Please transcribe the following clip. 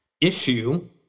issue